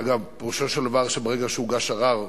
אגב, פירושו של דבר שברגע שהוגש ערר,